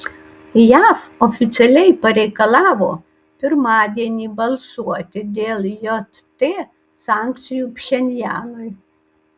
jav oficialiai pareikalavo pirmadienį balsuoti dėl jt sankcijų pchenjanui